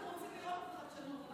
אנחנו רוצים לראות שנינו חדשנות,